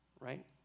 right